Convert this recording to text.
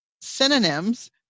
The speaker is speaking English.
synonyms